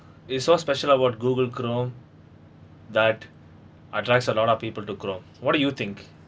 is so special about google chrome that uh drives a lot of people to chrome what do you think